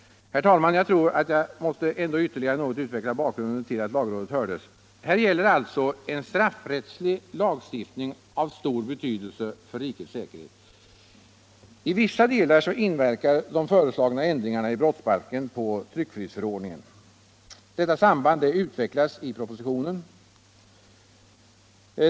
Jag tror ändå att jag måste ytterligare utveckla bakgrunden till att lagrådet hördes. Här gäller det alltså en straffrättslig lagstiftning av stor betydelse för rikets säkerhet. I vissa delar inverkar de föreslagna ändringarna i brottsbalken på tryckfrihetsförordningen. Detta samband utvecklas i propositionen.